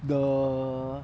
the